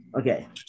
Okay